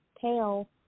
tail